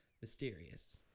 mysterious